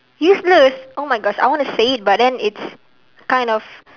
useless oh my gosh I wanna say it but then it's kind of